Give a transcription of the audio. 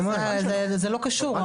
אז זה לא קשור.